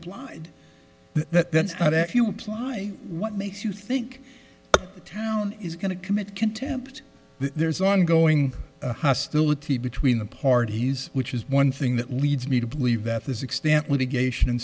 if you apply what makes you think the town is going to commit contempt there's ongoing hostility between the parties which is one thing that leads me to believe that this extent litigation in